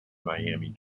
miami